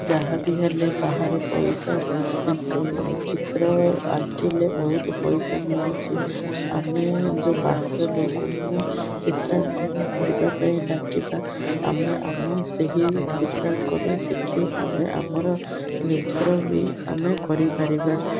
ଯାହାବି ହେଲେ ବାହାରେ ପଇସା ଚିତ୍ର ଆଙ୍କିଲେ ବହୁତ ପଇସା ମିଳୁଛି ଆମେ ଯେଉଁ ବାହାର ଲୋକଙ୍କୁ ଚିତ୍ରାଙ୍କନ କରିବା ପାଇଁ ଡାକିବା ଆମେ ଆମ ସେହି ଚିତ୍ରାଙ୍କନ ଶିଖି ଆମେ ଆମର ନିଜର ବି ଆମେ କରିପାରିବା